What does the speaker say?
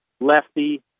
lefty